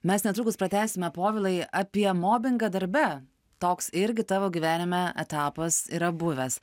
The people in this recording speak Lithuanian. mes netrukus pratęsime povilai apie mobingą darbe toks irgi tavo gyvenime etapas yra buvęs